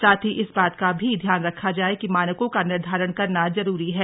साथ ही इस बात का भी ध्यान रखा जाए कि मानकों का निर्धारण करना जरूरी है